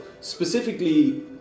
specifically